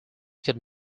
could